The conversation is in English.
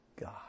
God